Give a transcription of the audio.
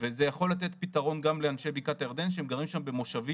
וזה יכול לתת פתרון גם לאנשי בקעת הירדן שהם גרים שם במושבים,